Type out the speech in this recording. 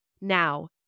Now